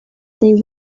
they